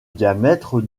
diamètre